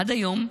עד היום,